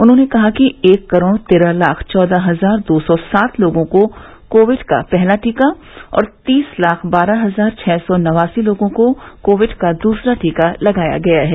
उन्होंने कहा कि एक करोड़ तेरह लाख चौदह हजार दो सौ सात लोगों को कोविड का पहला टीका और तीस लाख बारह हजार छः सौ नवासी लोगों को कोविड का दूसरा टीक़ा लगाया गया है